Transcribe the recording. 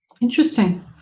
interesting